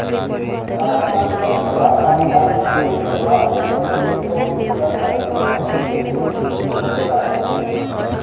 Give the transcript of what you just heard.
राजस्थान में ज्वार, बाजारा, मकई, कपास, मूंगफली अउरी दलहन तिलहन के खेती होखेला